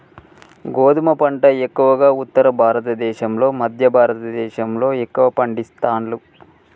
గోధుమ పంట ఎక్కువగా ఉత్తర భారత దేశం లో మధ్య భారత దేశం లో ఎక్కువ పండిస్తాండ్లు